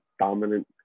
dominant